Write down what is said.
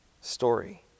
story